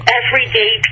everyday